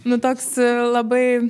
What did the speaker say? nu toks labai